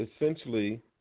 essentially